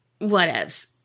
whatevs